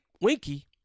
Winky